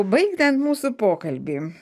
baigiant mūsų pokalbį